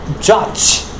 judge